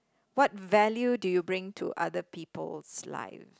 what value do you bring to other people's life